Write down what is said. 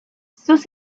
sus